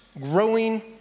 growing